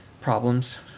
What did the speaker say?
problems